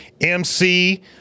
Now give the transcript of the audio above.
MC